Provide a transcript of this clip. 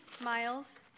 Miles